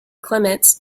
clements